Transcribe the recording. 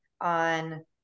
on